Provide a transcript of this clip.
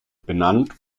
benannt